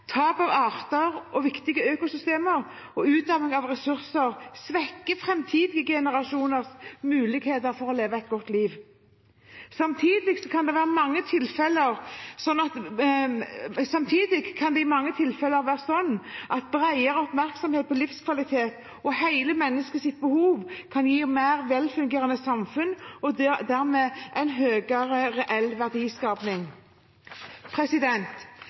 tap av arter og viktige økosystemer og utarming av ressurser svekker framtidige generasjoners muligheter for å leve et godt liv. Samtidig kan det i mange tilfeller være sånn at bredere oppmerksomhet om livskvalitet og hele menneskets behov kan gi mer velfungerende samfunn, og dermed en høyere reell